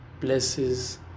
blesses